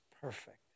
perfect